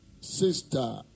sister